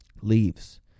leaves